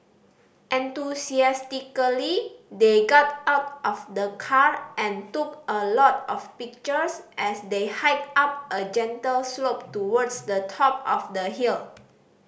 enthusiastically they got out of the car and took a lot of pictures as they hiked up a gentle slope towards the top of the hill